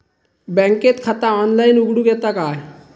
बँकेत खाता ऑनलाइन उघडूक येता काय?